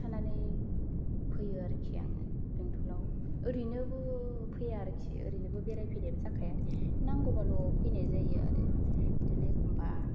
बिदि थानानै फैयो आरोखि आङो बेंतलाव ओरैनोबो फैया आरोखि ओरैनोबा बेरायफैनायबो जाखाया नांगौबाल' फैनाय जायो आरो बिदिनो एखमबा